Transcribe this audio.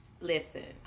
listen